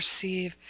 perceive